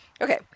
Okay